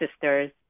sisters